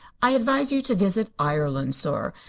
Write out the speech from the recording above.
i advise you to visit ireland, sor,